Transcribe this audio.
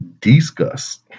discuss